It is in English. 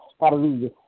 Hallelujah